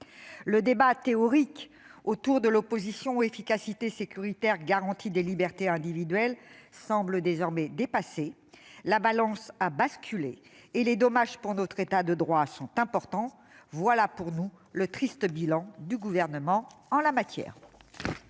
Le débat théorique autour de l'opposition entre efficacité sécuritaire et garantie des libertés individuelles semble désormais dépassé. Les plateaux de la balance ont basculé et les dommages pour notre État de droit sont importants. Voilà pour nous le triste bilan du Gouvernement en la matière.